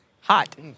Hot